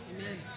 Amen